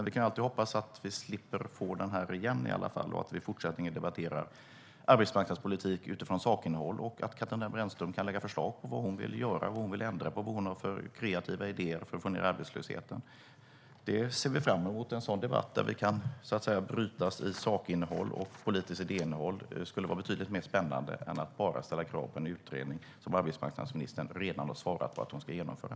Vi kan alltid hoppas att vi slipper få ta debatten igen, att vi i fortsättningen kan debattera arbetsmarknadspolitik utifrån sakinnehåll och att Katarina Brännström kan lägga fram förslag på vad hon vill göra eller ändra på och se vilka kreativa idéer hon har för att sänka arbetslösheten. Vi ser fram emot en debatt om sakinnehåll och politiskt idéinnehåll. Det skulle vara betydligt mer spännande än att bara ställa krav på en utredning som arbetsmarknadsministern redan har svarat att hon ska genomföra.